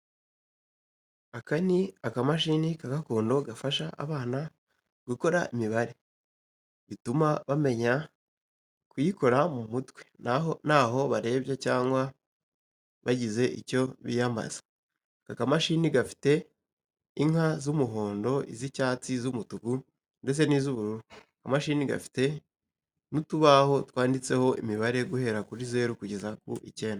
Aka ni akamashini ka gakondo gafasha abana gukora imibare, bituma bamenya kuyikora mu mutwe ntaho barebye cyangwa bagize icyo biyambaza. Aka kamashini gafite inka z'umuhondo, iz'icyatsi, iz'umutuku ndetse n'iz'ubururu. Aka kamashini gafite n'utubaho twanditseho imibare guhera kuri zeru kugeza ku icyenda.